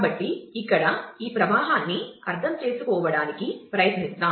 కాబట్టి ఇక్కడ ఈ ప్రవాహాన్ని అర్థం చేసుకోవడానికి ప్రయత్నిద్దాం